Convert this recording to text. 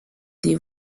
des